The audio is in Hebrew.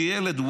כילד,